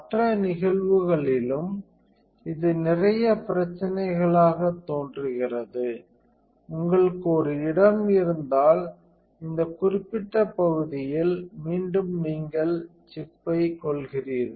மற்ற நிகழ்வுகளிலும் இது நிறைய பிரச்சனைகளாகத் தோன்றுகிறது உங்களுக்கு ஒரு இடம் இருந்தால் இந்த குறிப்பிட்ட பகுதியில் மீண்டும் நீங்கள் சிப்பை கொல்கிறீர்கள்